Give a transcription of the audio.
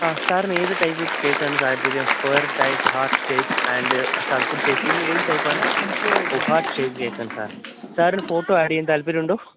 ആഹ് സാറിന് ഏത് type cake ആണ് താല്പര്യം square type heart shape and circle shape ഇതില് ഏത് ടൈപ്പ് ആണ് ഒഹ് ഹാര്ട്ട് ഷേപ്പ് കേക്ക് ആണ് സാര് സാറിന് ഫോട്ടോ ആഡ് ചെയ്യാന് താത്പര്യം ഉണ്ടോ